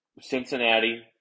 Cincinnati